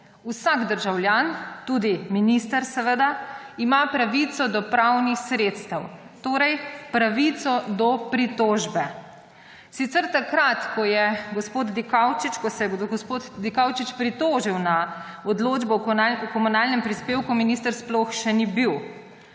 Vsak državljan, seveda tudi minister, ima pravico do pravnih sredstev, torej pravico do pritožbe. Sicer takrat, ko se je gospod Dikaučič pritožil na odločbo o komunalnem prispevku, minister sploh še ni bil.